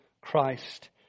Christ